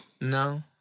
No